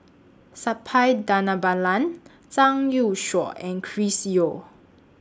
Suppiah Dhanabalan Zhang Youshuo and Chris Yeo